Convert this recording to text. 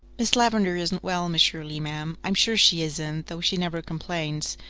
miss lavendar isn't well, miss shirley, ma'am. i'm sure she isn't, though she never complains.